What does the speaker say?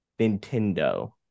Nintendo